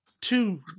two